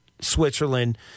Switzerland